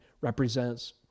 represents